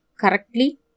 correctly